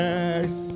Yes